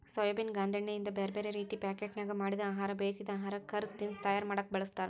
soybean ಗಾಂದೇಣ್ಣಿಯಿಂದ ಬ್ಯಾರ್ಬ್ಯಾರೇ ರೇತಿ ಪಾಕೇಟ್ನ್ಯಾಗ ಮಾಡಿದ ಆಹಾರ, ಬೇಯಿಸಿದ ಆಹಾರ, ಕರದ ತಿನಸಾ ತಯಾರ ಮಾಡಕ್ ಬಳಸ್ತಾರ